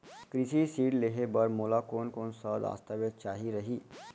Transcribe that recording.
कृषि ऋण लेहे बर मोला कोन कोन स दस्तावेज चाही रही?